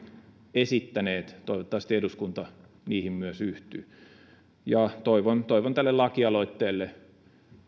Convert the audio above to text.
esittäneet toivottavasti eduskunta niihin myös yhtyy toivon toivon tälle lakialoitteelle